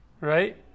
right